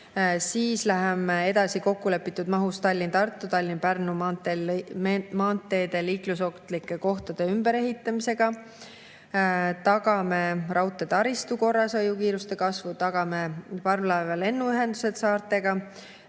Siis läheme edasi kokkulepitud mahus Tallinna–Tartu ja Tallinna–Pärnu maantee liiklusohtlike kohtade ümberehitamisega. Tagame raudteetaristu korrashoiu ja kiiruste kasvu, tagame parvlaeva‑ ja lennuühendused saartega.